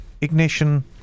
ignition